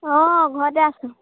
অঁ ঘৰতে আছোঁ